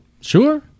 Sure